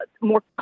more